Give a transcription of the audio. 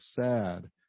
sad